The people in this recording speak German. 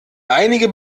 einige